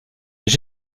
est